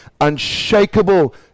unshakable